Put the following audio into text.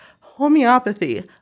homeopathy